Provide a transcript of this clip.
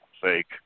fake